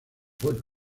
pueblo